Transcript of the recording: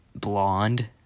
Blonde